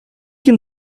can